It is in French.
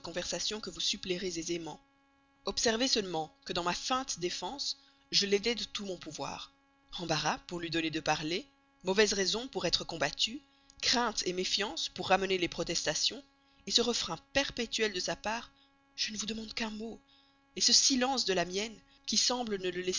que vous suppléerez aisément observez seulement que dans ma feinte défense je l'aidais de tout mon pouvoir embarras pour lui donner le temps de parler mauvaises raisons pour être combattues crainte méfiance pour ramener les protestations ce refrain perpétuel de sa part je ne vous demande qu'un mot ce silence de la mienne qui semble ne le